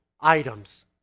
items